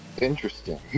Interesting